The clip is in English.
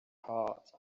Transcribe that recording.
heart